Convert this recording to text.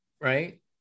right